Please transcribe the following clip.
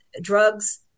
drugs